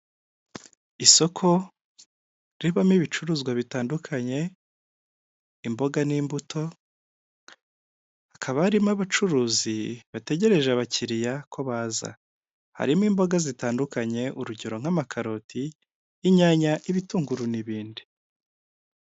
Isoko ribamo ibicuruzwa bitandukanye imboga n'imbuto; hakaba harimo abacuruzi bategereje abakiriya ko baza, harimo imboga zitandukanye urugero: nk'amakaroti, inyanya, ibitunguru n'ibindi.